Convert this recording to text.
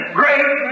great